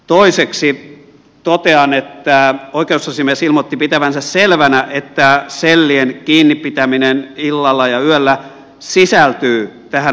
toiseksi totean että oikeusasiamies ilmoitti pitävänsä selvänä että sellien kiinnipitäminen illalla ja yöllä sisältyy tähän vapaudenmenetykseen